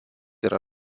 yra